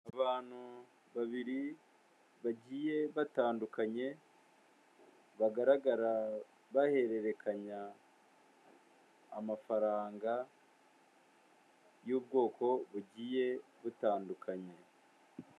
Abantu babiri bagiye batandukanye, bagaragara bahererekanya amafaranga y'ubwoko bugiye butandukanye.